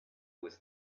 was